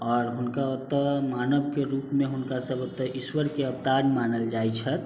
आओर हुनका ओतऽ मानवके रूपमे हुनका सब ओतऽ ईश्वरके अवतार मानल जाइ छै